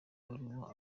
baruwa